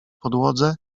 podłodze